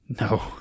No